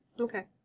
Okay